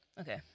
Okay